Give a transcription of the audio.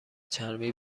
چرمی